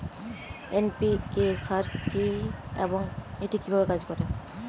NPK সার কি এবং এটি কিভাবে কাজ করে?